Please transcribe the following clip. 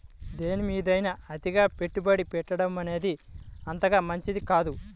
దేనిమీదైనా అతిగా పెట్టుబడి పెట్టడమనేది అంతగా మంచిది కాదు